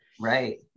Right